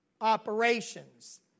operations